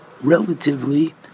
relatively